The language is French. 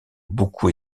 beaucoup